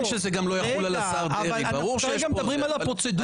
דבר שני,